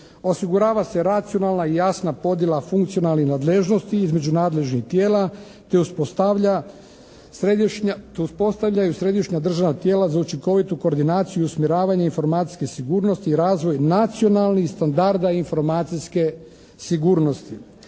Osigurava se racionalna i jasna podjela funkcionalnih nadležnosti između nadležnih tijela te uspostavlja središnja, te uspostavljaju središnja državna tijela za učinkovitu koordinaciju i usmjeravanje informacijske sigurnosti i razvoj nacionalnih standarda informacijske sigurnosti.